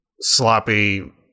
sloppy